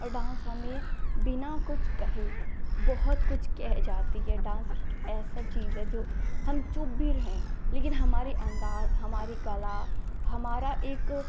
dance हमें बिना कुछ कहे बहुत कुछ कह जाता है डान्स एक ऐसी चीज़ है जो हम चुप भी रहें लेकिन हमारा अन्दाज़ हमारी कला हमारी एक